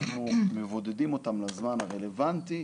אנחנו מבודדים אותם לזמן הרלוונטי,